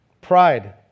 pride